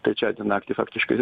trečiadienio naktį faktiškai